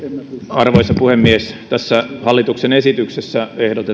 arvoisa puhemies tässä hallituksen esityksessä ehdotetaan